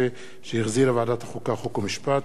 2012, שהחזירה ועדת החוקה, חוק ומשפט,